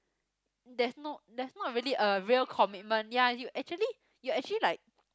there's no there's not really a real commitment ya you actually you actually like